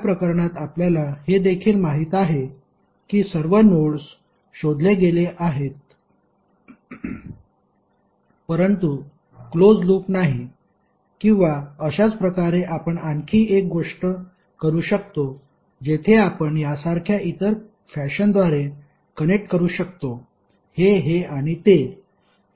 या प्रकरणात आपल्याला हे देखील माहित आहे की सर्व नोड्स शोधले गेले आहेत परंतु क्लोज लूप नाही किंवा अशाच प्रकारे आपण आणखी एक गोष्ट करू शकतो जेथे आपण यासारख्या इतर फॅशनद्वारे कनेक्ट करू शकतो हे हे आणि ते